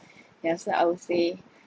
ya so I would say